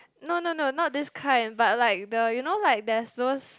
no no no not this kind but like the you know like there's those